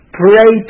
pray